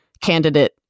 candidate